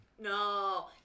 No